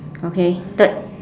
okay third